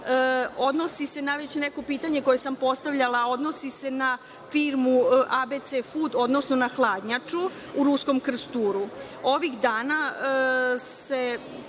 odnosi se već na neko pitanje koje sam postavljala, na firmu „ABC Fud“, odnosno na hladnjaču u Ruskom Krsturu. Ovih dana se